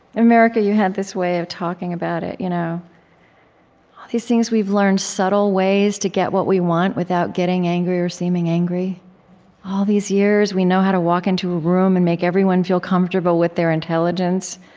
america, you have this way of talking about it, you know these things we've learned subtle ways to get what we want without getting angry or seeming angry all these years, we know how to walk into a room and make everyone feel comfortable with their intelligence,